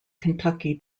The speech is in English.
kentucky